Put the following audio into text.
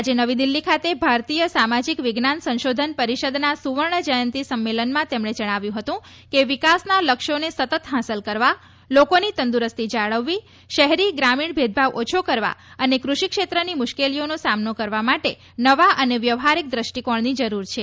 આજે નવી દિલ્હી ખાતે ભારતીય સામાજીક વિજ્ઞાન સંશોધન પરિષદના સુવર્ણજયંતિ સંમેલનમાં તેમણે જણાવ્યૂં હતું કે વિકાસના લક્ષ્યોને સતત હાંસલ કરવા લોકોની તંદ્રરસ્તી જાળવવી શહેરી ગ્રામીણ ભેદભાવ ઓછો કરવા અને ક્રષિક્ષેત્રની મુશ્કેલીઓનો સામનો કરવા માટે નવા અને વ્યાવહારિક દ્રષ્ટિકોણની જરૂર છે